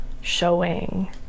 showing